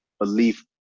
belief